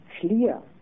clear